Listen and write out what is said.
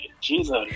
Jesus